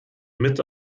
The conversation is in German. mit